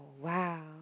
wow